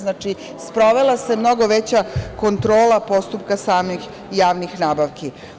Znači, sprovela se mnogo veća kontrola postupka samih javnih nabavki.